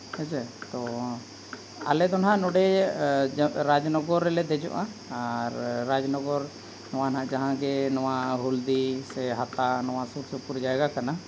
ᱦᱮᱸᱪᱮ ᱛᱚ ᱟᱞᱮᱫᱚ ᱱᱟᱦᱟᱜ ᱱᱚᱸᱰᱮ ᱨᱟᱡᱽᱱᱚᱜᱚᱨ ᱨᱮᱞᱮ ᱫᱮᱡᱚᱜᱼᱟ ᱟᱨ ᱨᱟᱡᱽᱱᱚᱜᱚᱨ ᱱᱚᱣᱟ ᱱᱟᱦᱟᱜ ᱡᱟᱦᱟᱸᱜᱮ ᱱᱚᱣᱟ ᱦᱚᱞᱫᱤ ᱥᱮ ᱦᱟᱛᱟ ᱱᱚᱣᱟ ᱥᱩᱨᱼᱥᱩᱨᱯᱩᱨ ᱡᱟᱭᱜᱟ ᱠᱟᱱᱟ